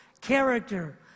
character